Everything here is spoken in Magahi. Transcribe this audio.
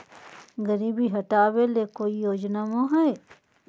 गरीबी हटबे ले कोई योजनामा हय?